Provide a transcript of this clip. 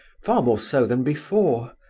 far more so than before.